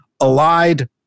allied